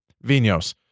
Vino's